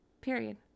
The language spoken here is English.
period